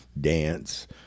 dance